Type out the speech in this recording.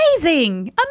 amazing